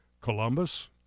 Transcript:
Columbus